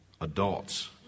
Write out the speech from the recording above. adults